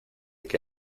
que